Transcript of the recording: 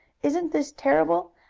isn't this terrible?